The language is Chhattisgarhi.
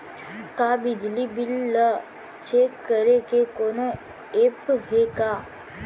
का बिजली बिल ल चेक करे के कोनो ऐप्प हे का?